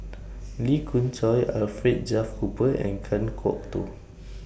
Lee Khoon Choy Alfred Duff Cooper and Kan Kwok Toh